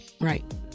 Right